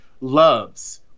loves